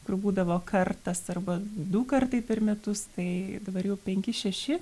kur būdavo kartas arba du kartai per metus tai dabar jau penki šeši